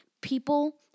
people